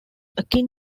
akin